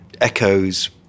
echoes